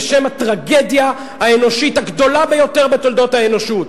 בשם הטרגדיה האנושית הגדולה ביותר בתולדות האנושות,